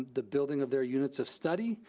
the building of their units of study.